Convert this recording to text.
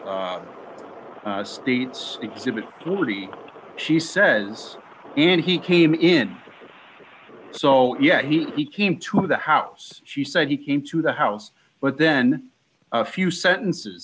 exhibit she says and he came in so yeah i mean he came to the house she said he came to the house but then a few sentences